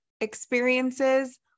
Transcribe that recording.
experiences